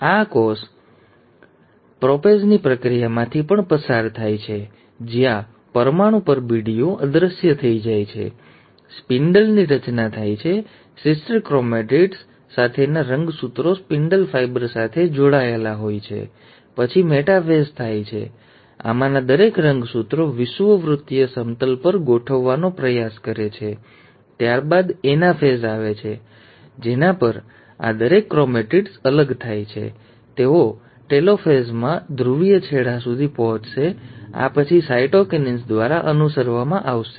આ કોષ પ્રોપેઝની પ્રક્રિયામાંથી પણ પસાર થાય છે જ્યાં પરમાણુ પરબીડિયું અદૃશ્ય થઈ જાય છે સ્પિન્ડલની રચના થાય છે સિસ્ટર ક્રોમેટિડ્સ સાથેના રંગસૂત્રો સ્પિન્ડલ ફાઇબર સાથે જોડાયેલા હોય છે પછી મેટાફેઝ થાય છે જ્યાં આમાંના દરેક રંગસૂત્રો વિષુવવૃત્તીય સમતલ પર ગોઠવવાનો પ્રયાસ કરે છે ત્યારબાદ એનાફેઝ આવે છે જેના પર આ દરેક ક્રોમેટિડ્સ અલગ થાય છે તેઓ ટેલોફાસમાં ધ્રુવીય છેડા સુધી પહોંચશે અને આ પછી સાઇટોકિન્સિસ દ્વારા અનુસરવામાં આવશે